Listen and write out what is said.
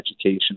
education